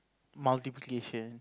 multiplication